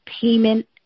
payment